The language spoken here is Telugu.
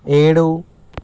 ఏడు